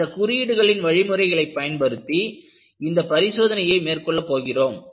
அந்த குறியீடுகளின் வழிமுறைகளை பயன்படுத்தி இந்த பரிசோதனையை மேற்கொள்ள போகிறோம்